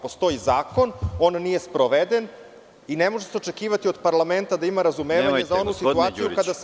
Postoji zakon, on nije sproveden i ne može se očekivati od parlamenta da ima razumevanja za onu situaciju kada se